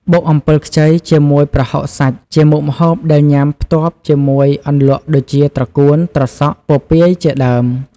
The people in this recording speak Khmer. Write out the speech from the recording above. បុកអំពិលខ្ចីជាមួយប្រហុកសាច់ជាមុខម្ហូបដែលញាំផ្ទាប់ជាមួយអន្លក់ដូចជាត្រកួន ត្រសក់ ពពាយជាដើម។